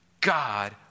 God